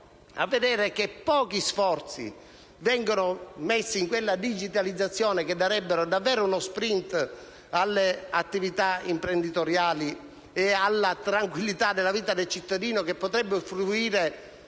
Vediamo che pochi sforzi vengono messi in quella digitalizzazione che darebbe davvero uno *sprint* alle attività imprenditoriali e alla tranquillità della vita del cittadino, che potrebbe fruire